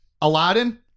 Aladdin